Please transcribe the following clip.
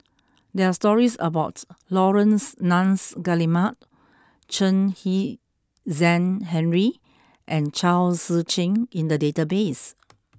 there are stories about Laurence Nunns Guillemard Chen Kezhan Henri and Chao Tzee Cheng in the database